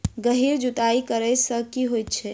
गहिर जुताई करैय सँ की होइ छै?